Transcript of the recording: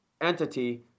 entity